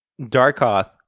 Darkoth